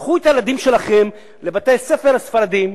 קחו את הילדים שלכם לבתי-הספר הספרדיים,